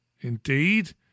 Indeed